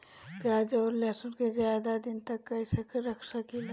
प्याज और लहसुन के ज्यादा दिन तक कइसे रख सकिले?